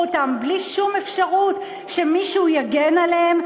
אותם בלי שום אפשרות שמישהו יגן עליהם,